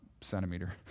centimeter